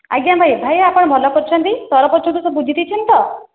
ଆଜ୍ଞା ଭାଇ ଭାଇ ଆପଣ ଭଲ କରିଛନ୍ତି ସରପଞ୍ଚଙ୍କ ସହ ବୁଝି ଦେଇଛନ୍ତି ତ